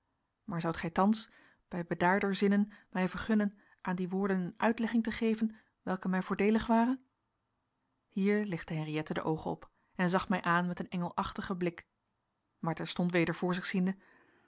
maar zoudt gij thans bij bedaarder zinnen mij vergunnen aan die woorden een uitlegging te geven welke mij voordeelig ware hier lichtte henriëtte de oogen op en zag mij aan met een engelachtigen blik maar terstond weder voor zich ziende